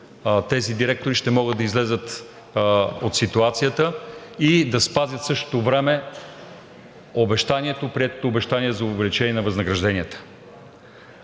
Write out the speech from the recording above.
тези директори ще могат да излязат от ситуацията и да спазят в същото време приетото обещание за увеличение на възнагражденията.